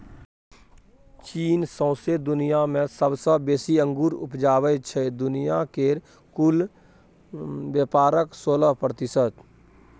चीन सौंसे दुनियाँ मे सबसँ बेसी अंगुर उपजाबै छै दुनिया केर कुल बेपारक सोलह प्रतिशत